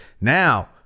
now